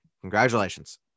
congratulations